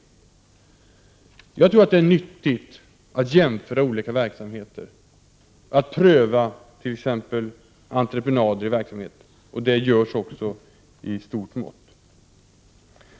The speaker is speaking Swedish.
Jag tror att det är nyttigt att jämföra olika verksamheter, t.ex. att pröva entreprenader i verksamheten, och det görs också i stort mått.